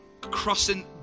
crossing